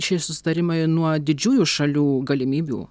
šie susitarimai nuo didžiųjų šalių galimybių